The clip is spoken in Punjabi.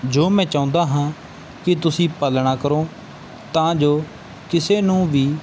ਜੋ ਮੈਂ ਚਾਹੁੰਦਾ ਹਾਂ ਕਿ ਤੁਸੀਂ ਪਾਲਣਾ ਕਰੋ ਤਾਂ ਜੋ ਕਿਸੇ ਨੂੰ ਵੀ